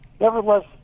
Nevertheless